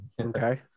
Okay